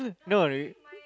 no you